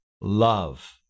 love